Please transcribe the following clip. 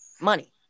money